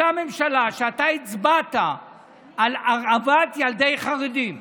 אותה ממשלה שאתה הצבעת על הרעבת ילדי חרדים,